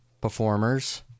performers